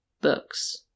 books